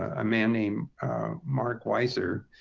a man named mark weiser,